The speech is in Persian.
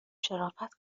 شرافت